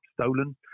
stolen